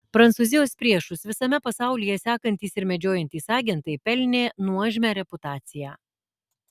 prancūzijos priešus visame pasaulyje sekantys ir medžiojantys agentai pelnė nuožmią reputaciją